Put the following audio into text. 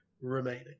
remaining